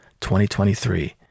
2023